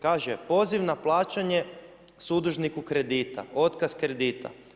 Kaže Poziv na plaćanje sudužniku kredita, otkaz kredita.